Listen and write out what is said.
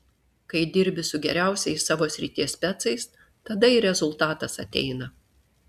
kai dirbi su geriausiais savo srities specais tada ir rezultatas ateina